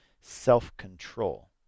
self-control